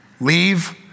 Leave